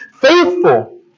faithful